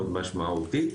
מאוד משמעותית,